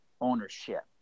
ownership